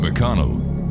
McConnell